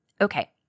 Okay